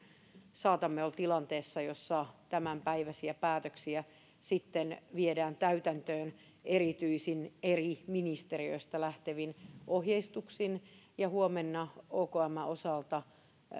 saatamme olla tilanteessa jossa tämänpäiväisiä päätöksiä sitten viedään täytäntöön erityisin eri ministeriöistä lähtevin ohjeistuksin huomenna okmn osalta